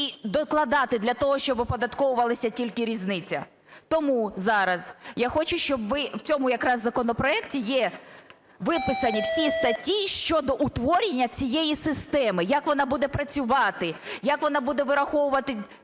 докладати для того, щоб оподатковувалася тільки різниця. Тому зараз я хочу, щоб ви… в цьому якраз законопроекті є виписані всі статті щодо утворення цієї системи, як вона буде працювати, як вона буде вираховувати